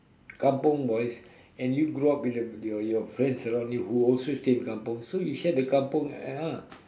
kampung boys and you grow up with your your friends around you who also stay in kampung so you share the kampung ah